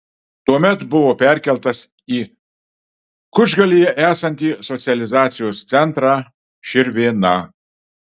tuomet buvo perkeltas į kučgalyje esantį socializacijos centrą širvėna